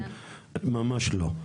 ממש לא.